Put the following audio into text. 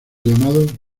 llamados